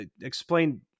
explain